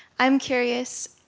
i'm curious,